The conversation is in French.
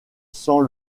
sent